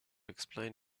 explain